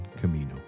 camino